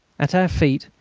at our feet,